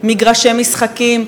מגרשי משחקים,